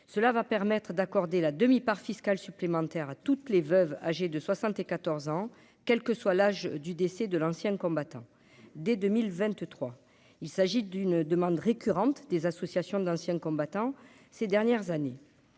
cela va permettre d'accorder la demi-part fiscale supplémentaire à toutes les veuves, âgé de 74 ans, quelle que soit l'âge du décès de l'ancien combattant, dès 2023, il s'agit d'une demande récurrente des associations d'anciens combattants, ces dernières années,